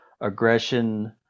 aggression